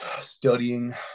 studying